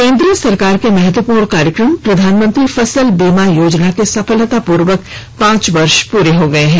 केन्द्र सरकार के महत्वपूर्ण कार्यक्रम प्रधानमंत्री फसल बीमा योजना के सफलतापूर्वक पांच वर्ष प्ररे हो गये हैं